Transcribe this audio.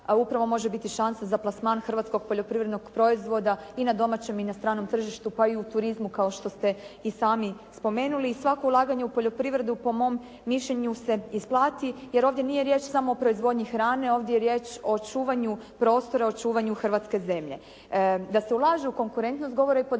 upravo može biti šansa za plasman hrvatskog poljoprivrednog proizvoda i na domaćem i na stranom tržištu pa i u turizmu kao što ste i sami spomenuli i svako ulaganje u poljoprivredu po mom mišljenju se isplati jer ovdje nije riječ samo o proizvodnji hrane. Ovdje je riječ o čuvanju prostora, o čuvanju hrvatske zemlje. Da se ulaže u konkurentnost govore i podaci